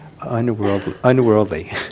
Unworldly